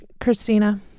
Christina